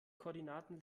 koordinaten